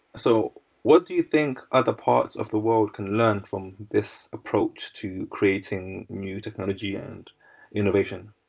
so what do you think other parts of the world can learn from this approach to creating new technology and innovation?